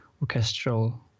orchestral